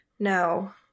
No